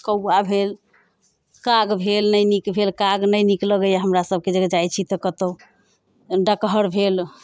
कौवा भेल काग भेल नहि नीक भेल काग नहि नीक लगैया हमरा सबके जे जाइत छी तऽ कतहुँ डकहर भेल